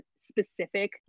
specific